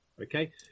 Okay